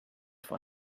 for